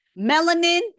Melanin